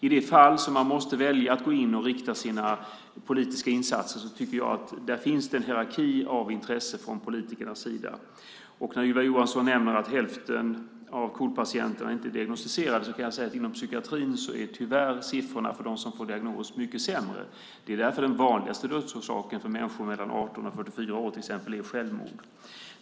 I de fall man måste välja och rikta sina politiska insatser tycker jag att det finns en hierarki av intressen från politikernas sida. När Ylva Johansson nämner att hälften av KOL-patienterna inte blir diagnostiserade kan jag säga att inom psykiatrin är siffrorna för dem som får diagnos tyvärr mycket sämre. Det är därför som den vanligaste dödsorsaken för människor mellan 18 och 44 år är självmord.